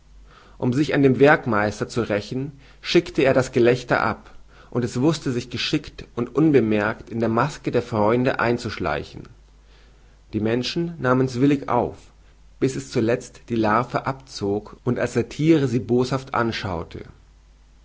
um sich an dem werkmeister zu rächen schickte er das gelächter ab und es wußte sich geschickt und unbemerkt in der maske der freude einzuschleichen die menschen nahmen's willig auf bis es zuletzt die larve abzog und als satire sie boshaft anschaute